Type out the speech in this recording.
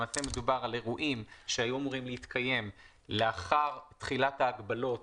למעשה מדובר על אירועים שהיו אמורים להתקיים לאחר תחילת ההגבלות